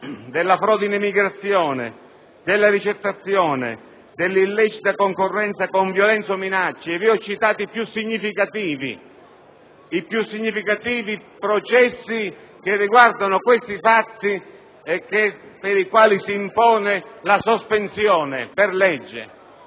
della frode in emigrazione, della ricettazione, dell'illecita concorrenza con violenza o minacce: vi ho citato solo i più significativi processi che riguardano questi fatti e per i quali si impone la sospensione per legge.